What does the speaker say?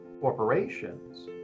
Corporations